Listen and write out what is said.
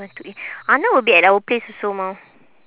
want to eat arnold will be at our place also mah